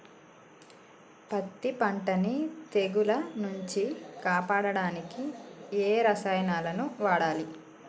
పత్తి పంటని తెగుల నుంచి కాపాడడానికి ఏ రసాయనాలను వాడాలి?